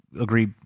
agree